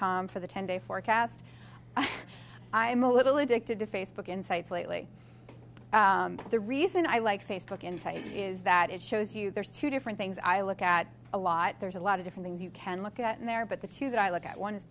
com for the ten day forecast i'm a little addicted to facebook insights lately the reason i like facebook and type is that it shows you there's two different things i look at a lot there's a lot of different things you can look at and there but the two that i look at one is